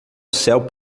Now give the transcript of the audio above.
céu